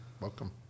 Welcome